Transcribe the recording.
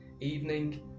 Evening